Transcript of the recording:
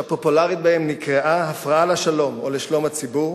שהפופולרית בהן נקראה: הפרעה לשלום או לשלום הציבור.